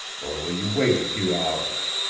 or will you wait a few hours?